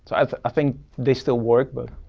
sort of ah think they still work. but